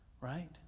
Right